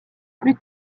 plus